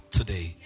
today